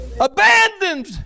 Abandoned